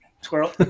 Squirrel